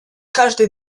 каждой